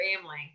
family